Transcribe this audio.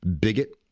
bigot